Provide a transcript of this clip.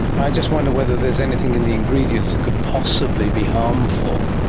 i just wonder whether there is anything in the ingredients that could possibly be harmful,